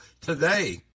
today